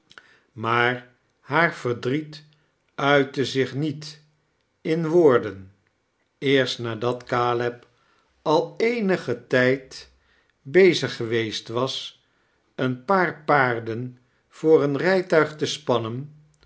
maar haar verdriet uitte zich niet in woorden eerst nadat caleb al eenigen tijd bezig geweest was een paar paarden voor een rijtuig te spannen